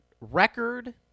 record